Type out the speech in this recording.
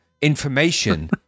information